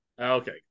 okay